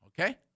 okay